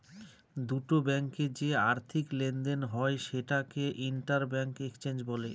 দুটো ব্যাঙ্কে যে আর্থিক লেনদেন হয় সেটাকে ইন্টার ব্যাঙ্ক এক্সচেঞ্জ বলে